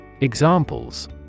Examples